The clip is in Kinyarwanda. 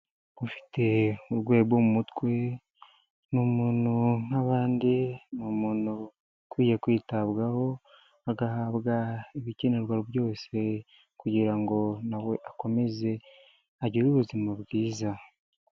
Ufite uburwayi bwo mu mutwe ni umuntu nk'abandi ni umuntu ukwiye kwitabwaho agahabwa ibikenerwa byose, kugira ngo nawe akomeze agire ubuzima bwiza.